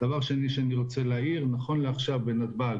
דבר שני, נכון לעכשיו בנתב"ג